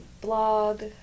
blog